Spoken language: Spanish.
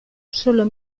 solo